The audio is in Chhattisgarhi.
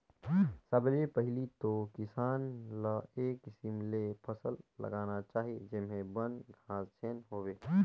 सबले पहिले तो किसान ल ए किसम ले फसल लगाना चाही जेम्हे बन, घास झेन होवे